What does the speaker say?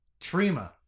Trima